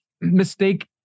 mistake